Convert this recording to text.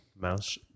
Mouse